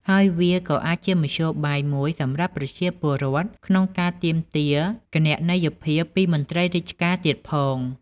ហើយវាក៏អាចជាមធ្យោបាយមួយសម្រាប់ប្រជាពលរដ្ឋក្នុងការទាមទារគណនេយ្យភាពពីមន្ត្រីរាជការទៀតផង។